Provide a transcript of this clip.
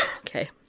Okay